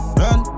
run